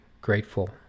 grateful